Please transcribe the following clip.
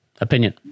opinion